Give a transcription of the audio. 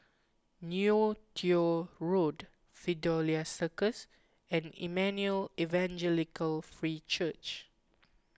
Neo Tiew Road Fidelio Circus and Emmanuel Evangelical Free Church